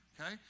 Okay